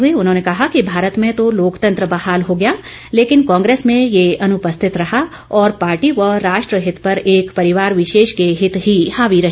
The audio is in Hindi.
कांग्रेस पर निशाना साधते हए उन्होंने कहा कि भारत में तो लोकतंत्र बहाल हो गया लेकिन कांग्रेस में यह अनुपस्थित रहा और पार्टी व राष्ट्रहित पर एक परिवार विशेष के हित ही हावी रहे